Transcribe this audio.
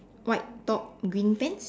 white top green pants